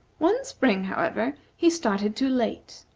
one spring, however, he started too late,